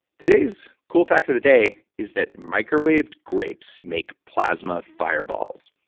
today's cool fact of the day is that microwaved grapes make plasma fireballs.